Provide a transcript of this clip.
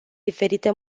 diferite